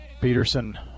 Peterson